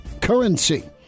Currency